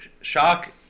Shock